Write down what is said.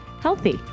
healthy